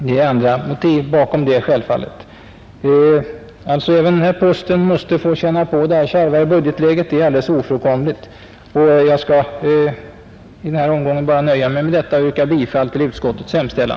Det är självfallet andra motiv som ligger bakom. Att även denna post måste få känna på det kärvare budgetläget är alldeles ofrånkomligt. Jag skall i den här omgången nöja mig med detta, och jag yrkar bifall till utskottets hemställan.